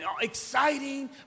exciting